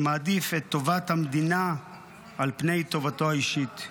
שמעדיף את טובת המדינה על פני טובתו האישית.